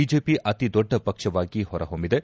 BJP ಅತಿ ದೊಡ್ಡ ಪಕ್ಷವಾಗಿ ಹೊರ ಹೊಮ್ಮಿದೆ